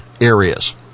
areas